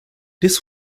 this